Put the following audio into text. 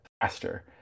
faster